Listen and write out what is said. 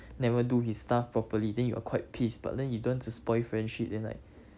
never do his stuff properly then you are quite pissed but then you don't want to spoil friendship then like